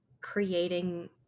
creating